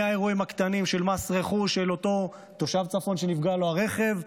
מהאירועים הקטנים של מס רכוש של אותו תושב הצפון שנפגע לו הרכב,